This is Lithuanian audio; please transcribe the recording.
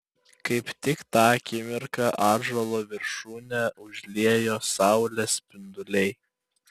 kaip tik tą akimirką ąžuolo viršūnę užliejo saulės spinduliai